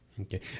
Okay